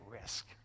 risk